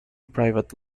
private